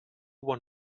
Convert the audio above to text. one